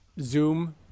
zoom